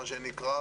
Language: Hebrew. כפי שזה נקרא,